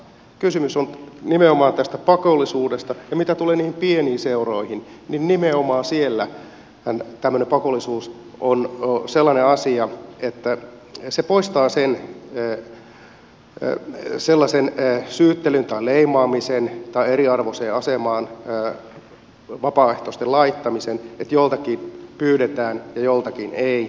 kysymys on nimenomaan tästä pakollisuudesta ja mitä tulee niihin pieniin seuroihin niin nimenomaan siellähän tämmöinen pakollisuus on sellainen asia että se poistaa sen sellaisen syyttelyn tai leimaamisen tai eriarvoiseen asemaan vapaaehtoisten laittamisen että joltakin pyydetään ja joltakin ei